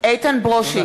(קוראת